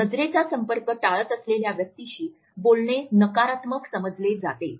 नजरेचा संपर्क टाळत असलेल्या व्यक्तीशी बोलणे नकारात्मक समजले जाते